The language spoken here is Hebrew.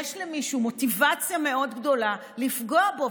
יש למישהו מוטיבציה מאוד גדולה לפגוע בו.